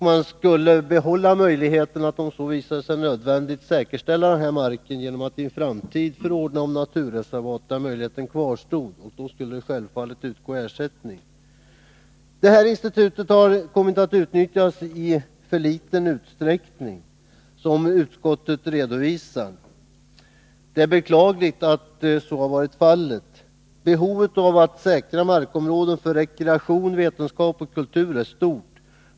Man skulle vidare behålla möjligheten att, om så visade sig nödvändigt, säkerställa mark genom att i en framtid förordna om naturreservat. Självfallet skulle ersättning utgå. Institutet har, som utskottet redovisar, kommit att utnyttjas i alltför liten utsträckning. Det är beklagligt att så har varit fallet. Behovet av att säkra markområden för rekreation, vetenskap och kultur är stort.